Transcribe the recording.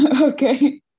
Okay